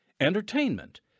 entertainment